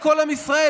את כל עם ישראל,